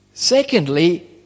Secondly